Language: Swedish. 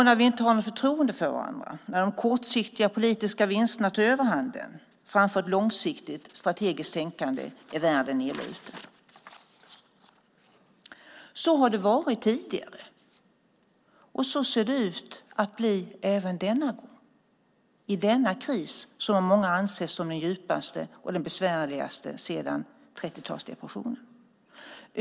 När vi inte har något förtroende för varandra, när de kortsiktiga politiska vinsterna tar överhanden framför ett långsiktigt strategiskt tänkande är världen illa ute. Så har det varit tidigare, och så ser det ut att bli även denna gång i denna kris som av många anses som den djupaste och den besvärligaste sedan 30-talsdepressionen.